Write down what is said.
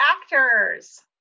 actors